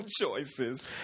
choices